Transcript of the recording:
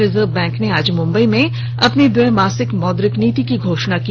reserve Bank ने आज मुम्बई में अपनी द्विमासिक मौद्रिक नीति की घोषणा की